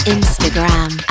Instagram